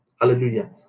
Hallelujah